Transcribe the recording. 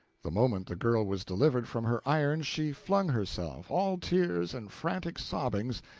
the moment the girl was delivered from her irons, she flung herself, all tears and frantic sobbings,